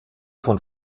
von